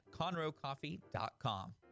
conroecoffee.com